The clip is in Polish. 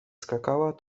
skakała